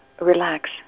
relax